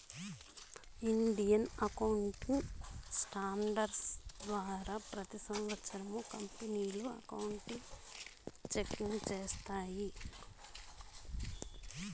Indian accounting standards ద్వారా ప్రతి సంవత్సరం కంపెనీలు అకౌంట్ చెకింగ్ చేస్తాయి